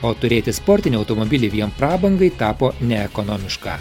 o turėti sportinį automobilį vien prabangai tapo neekonomiška